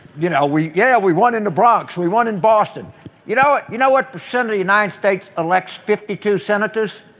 you know we yeah we won in the bronx. we won in boston you know. you know what the central united states elects fifty two senators.